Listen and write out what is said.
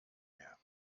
mehr